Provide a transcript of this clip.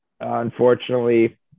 unfortunately